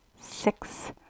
six